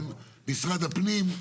משרד הפנים,